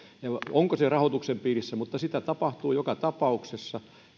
on se sitten rahoituksen piirissä tai ei mutta sitä tapahtuu joka tapauksessa